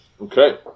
Okay